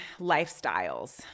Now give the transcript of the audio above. lifestyles